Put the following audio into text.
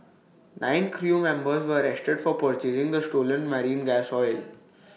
nine crew members were arrested for purchasing the stolen marine gas oil